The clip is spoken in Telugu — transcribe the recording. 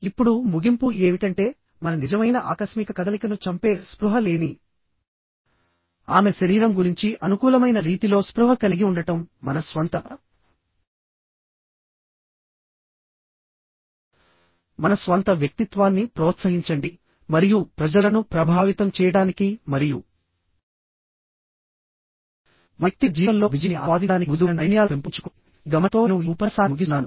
ఇప్పుడు ముగింపు ఏమిటంటే మన నిజమైన ఆకస్మిక కదలికను చంపే స్పృహ లేని ఆమె శరీరం గురించి అనుకూలమైన రీతిలో స్పృహ కలిగి ఉండటం మన స్వంత మన స్వంత వ్యక్తిత్వాన్ని ప్రోత్సహించండి మరియు ప్రజలను ప్రభావితం చేయడానికి మరియు మన వ్యక్తిగత జీవితంలో విజయాన్ని ఆస్వాదించడానికి మృదువైన నైపుణ్యాలను పెంపొందించుకోండిఈ గమనిక తో నేను ఈ ఉపన్యాసాన్ని ముగిస్తున్నాను